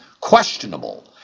questionable